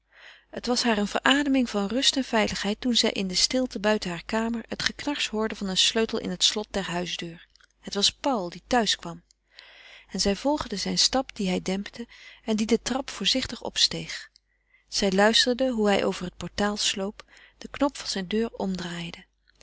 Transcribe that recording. het was haar eene verademing van rust en veiligheid toen zij in de stilte buiten hare kamer het geknars hoorde van een sleutel in het slot der huisdeur het was paul die thuis kwam en zij volgde zijn stap dien hij dempte en die de trap voorzichtig opsteeg zij luisterde hoe hij over het portaal sloop den knop van zijn deur omdraaide